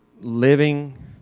living